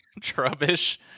trubbish